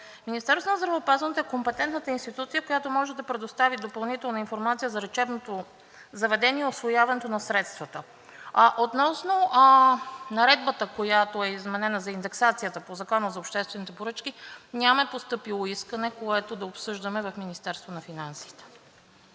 Министерството на здравеопазването е компетентната институция, която може да предостави допълнителна информация за лечебното заведение и усвояването на средствата, а относно Наредбата, която е изменена за индексацията по Закона за обществените поръчки, нямаме постъпило искане, което да обсъждаме в Министерството на финансите.